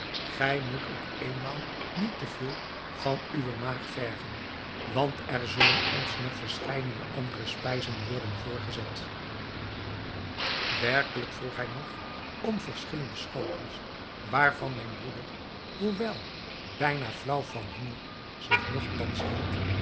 gij moet op éénmaal niet te veel van uwe maag vergen want er zullen ons nog verscheidene andere spijzen worden voorgezet werkelijk vroeg hij nog om verschillende schotels waarvan mijn broeder hoewel bijna flaauw van honger zich nogtans hield